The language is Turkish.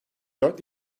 dört